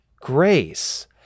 grace